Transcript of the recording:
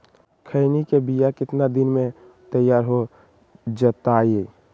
खैनी के बिया कितना दिन मे तैयार हो जताइए?